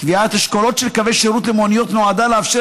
קביעת אשכולות של קווי שירות למוניות נועדה לאפשר